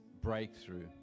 breakthrough